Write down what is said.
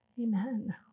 amen